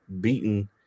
beaten